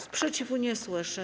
Sprzeciwu nie słyszę.